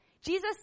Jesus